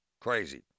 Crazy